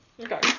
Okay